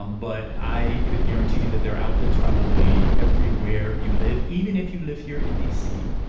um but i could guarantee you that their outfits probably everywhere you live, even if you live here in d c,